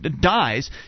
dies